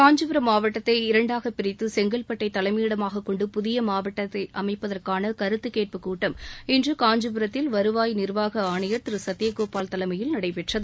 காஞ்சிபுரம் மாவட்டத்தை இரண்டாக பிரித்து செங்கல்பட்டை தலைமையிடமாக கொண்டு புதிய மாவட்டத்தை அமைப்பதற்கான கருத்துக்கேட்புக்கூட்டம் இன்று காஞ்சிபுரத்தில் வருவாய் நிர்வாக ஆணையர் திரு சத்தியகோபால் தலைமையில் நடைபெற்றது